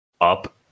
up